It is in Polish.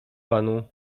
panu